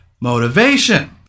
motivation